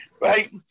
Right